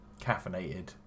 caffeinated